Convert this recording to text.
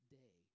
day